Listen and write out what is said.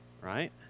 right